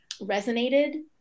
resonated